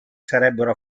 sarebbero